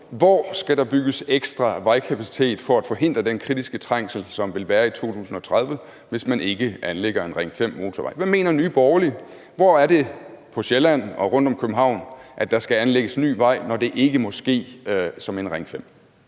Hvor skal der bygges ekstra vejkapacitet for at forhindre den kritiske trængsel, der vil være i 2030, hvis man ikke anlægger en Ring 5-motorvej? Hvad mener Nye Borgerlige: Hvor er det på Sjælland og rundt om København, at der skal anlægges ny vej, når det ikke må ske som en Ring 5?